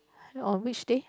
on which day